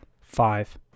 five